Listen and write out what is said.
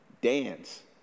dance